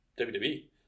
WWE